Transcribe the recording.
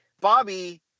Bobby